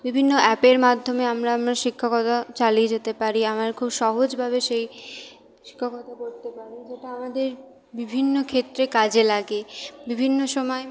বিভিন্ন অ্যাপের মাধ্যমে আমরা আমরা শিক্ষাকতা চালিয়ে যেতে পারি আমার খুব সহজভাবে সেই শিক্ষকতা করতে পারি যেটা আমাদের বিভিন্ন ক্ষেত্রে কাজে লাগে বিভিন্ন সময়